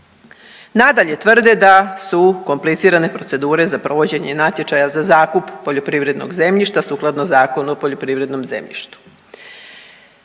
Nadalje, tvrde da su komplicirane procedure za provođenje natječaja za zakup poljoprivrednog zemljišta sukladno Zakonu o poljoprivrednom zemljištu.